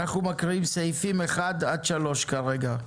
אנחנו מקריאים סעיפים 1 עד 3 כרגע.